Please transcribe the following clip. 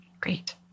Great